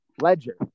Ledger